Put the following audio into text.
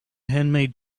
handmade